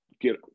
get